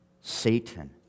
Satan